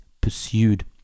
pursued